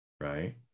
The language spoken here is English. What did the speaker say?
Right